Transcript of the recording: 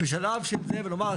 ולומר,